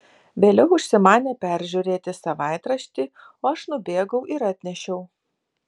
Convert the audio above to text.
vėliau užsimanė peržiūrėti savaitraštį o aš nubėgau ir atnešiau